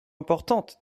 importante